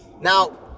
Now